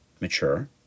mature